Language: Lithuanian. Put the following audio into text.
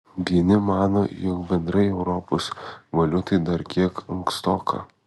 vieni mano jog bendrai europos valiutai dar kiek ankstoka